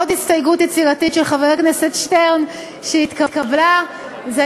עוד הסתייגות יצירתית של חבר הכנסת שטרן שהתקבלה זו